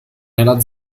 nella